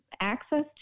access